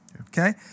Okay